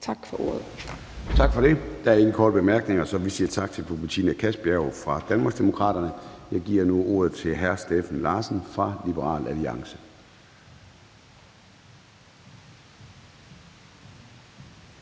Formanden (Søren Gade): Der er ingen korte bemærkninger, så vi siger tak til fru Betina Kastbjerg fra Danmarksdemokraterne. Jeg giver nu ordet til hr. Steffen Larsen fra Liberal Alliance.